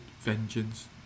vengeance